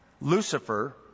Lucifer